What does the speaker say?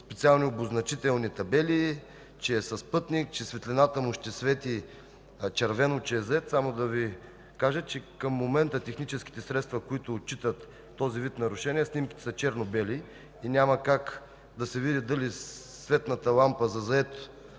специални обозначителни табели, че е с пътник, светлината му ще свети червено, че е зает. Само да Ви кажа, че към момента техническите средства, които отчитат този вид нарушения, снимките са черно-бели и няма как да се види дали е светната лампа за зает